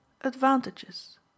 advantages